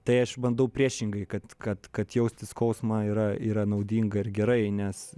tai aš bandau priešingai kad kad kad jausti skausmą yra yra naudinga ir gerai nes